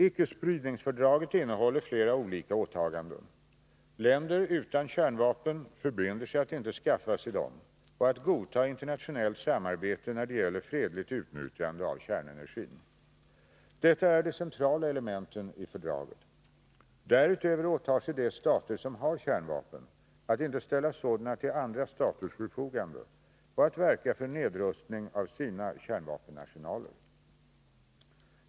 Icke-spridningsfördraget innehåller flera olika åtaganden. Länder utan kärnvapen förbinder sig att inte skaffa sig dem och att godta internationellt samarbete när det gäller fredligt utnyttjande av kärnenergin. Detta är de centrala elementen i fördraget. Därutöver åtar sig de stater som har kärnvapen att inte ställa sådana till andra staters förfogande och att verka för nedrustning av sina kärnvapenarsenaler.